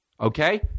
okay